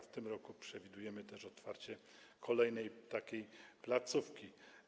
W tym roku przewidujemy też otwarcie kolejnej takiej placówki.